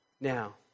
Now